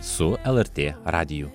su lrt radiju